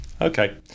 Okay